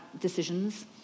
decisions